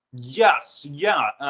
yes, yeah.